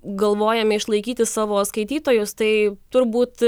galvojame išlaikyti savo skaitytojus tai turbūt